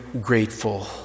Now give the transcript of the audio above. grateful